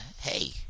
Hey